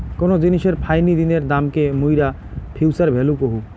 কোন জিনিসের ফাইনি দিনের দামকে মুইরা ফিউচার ভ্যালু কহু